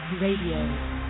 Radio